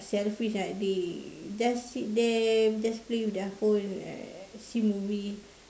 selfish ah they just sit there just play with their phone uh see movie